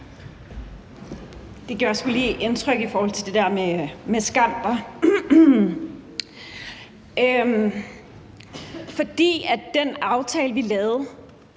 Det gjorde sgu lige indtryk i forhold til det der med skam. Den aftale, vi lavede,